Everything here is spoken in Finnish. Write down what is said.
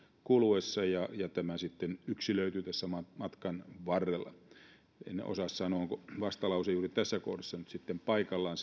kuluessa ja ja tämä sitten yksilöityy tässä matkan varrella en osaa sanoa onko vastalause juuri tässä kohdassa nyt sitten paikallaan